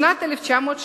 בשנת 1970,